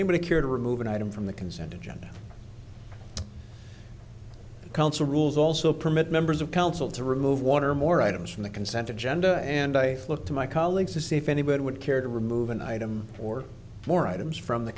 anybody care to remove an item from the consent agenda council rules also permit members of council to remove water more items from the consent agenda and i look to my colleagues to see if anybody would care to remove an item or more items from the